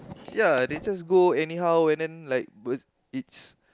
ya they just go anyhow and then like it's